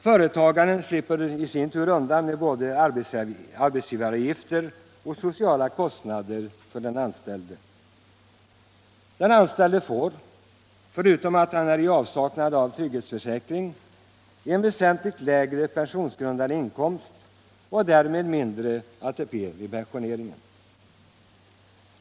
Företagaren slipper i sin tur undan både arbetsgivaravgifter och sociala kostnader för den anställde. Den anställde får, förutom att han är i avsaknad av trygghetsförsäkring, en väsentligt lägre pensionsgrundande inkomst och därmed mindre ATP vid pensioneringen.